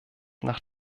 nach